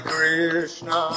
Krishna